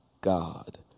God